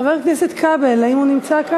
חבר הכנסת כבל, האם נמצא?